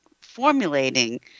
formulating